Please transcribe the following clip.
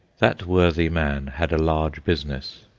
that worthy man had a large business.